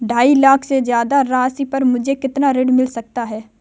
ढाई लाख से ज्यादा राशि पर मुझे कितना ऋण मिल सकता है?